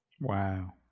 Wow